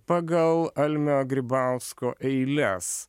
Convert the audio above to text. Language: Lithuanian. pagal almio grybausko eiles